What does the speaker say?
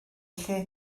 lle